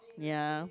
ya